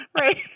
Right